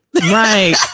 right